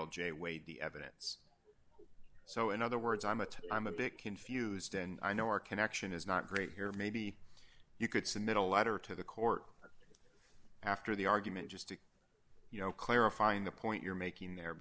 l j weight the evidence so in other words i'm a i'm a bit confused and i know our connection is not great here maybe you could submit a letter to the court or after the argument just to you know clarifying the point you're making there